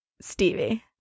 Stevie